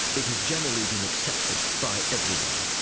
it has generally been accepted by everyone,